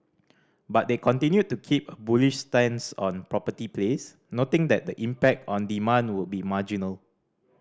but they continued to keep a bullish stance on property plays noting that the impact on demand would be marginal